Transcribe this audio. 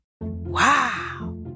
Wow